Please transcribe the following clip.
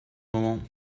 moment